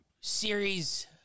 series